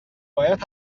باید